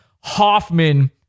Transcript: Hoffman